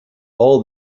all